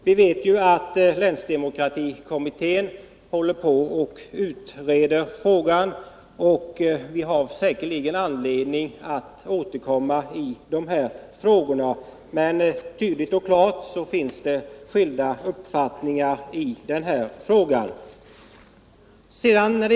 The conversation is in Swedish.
Vi vet att länsdemokratikommittén utreder frågan, och vi har säkerligen anledning att återkomma till den. Men tydligt är att det finns skilda uppfattningar i denna fråga.